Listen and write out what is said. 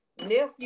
nephew